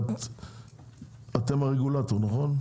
אתם הרגולטור, נכון?